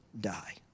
die